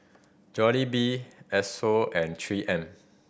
Jollibee Esso and Three M